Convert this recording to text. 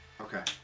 Okay